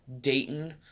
Dayton